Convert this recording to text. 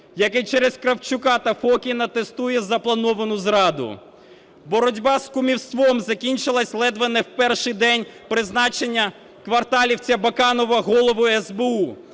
який через Кравчука та Фокіна тестує заплановану зраду. Боротьба з кумівством закінчилась ледве не в перший день призначення "кварталівця" Баканова Головою СБУ,